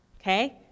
Okay